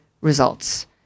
results